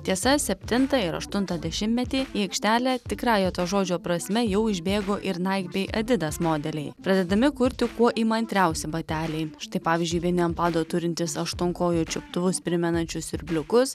tiesa septintą ir aštuntą dešimtmetį į aikštelę tikrąja to žodžio prasme jau išbėgo ir nike bei adidas modeliai pradedami kurti kuo įmantriausi bateliai štai pavyzdžiui vieni ant pado turintys aštuonkojo čiuptuvus primenančius siurbliukus